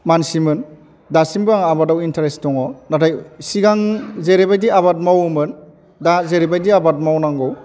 मानसिमोन दासिमबो आं आबादाव इन्टारेस्त दङ नाथाय सिगां जेरैबादि आबाद मावोमोन दा जेरैबादि आबाद मावनांगौ